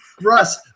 Russ